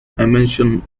dimension